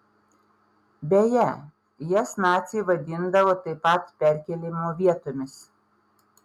beje jas naciai vadindavo taip pat perkėlimo vietomis